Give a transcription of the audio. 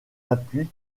appui